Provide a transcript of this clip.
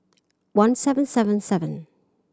one seven seven seven